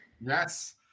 Yes